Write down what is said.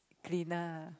cleaner